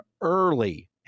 early